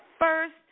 first